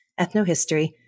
ethnohistory